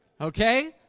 Okay